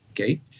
okay